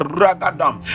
ragadam